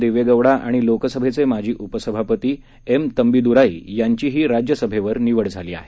देवेगौडा आणि लोकसभेचे माजी उपसभापती एम तंबीदुराई यांचीही राज्यसभेवर निवड झाली आहे